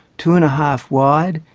two and a half wide,